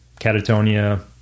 Catatonia